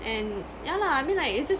and yeah lah I mean like it's just